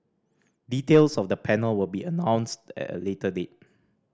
details of the panel will be announced at a later date